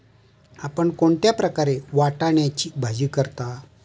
आपण कोणत्या प्रकारे वाटाण्याची भाजी करता?